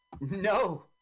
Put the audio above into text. no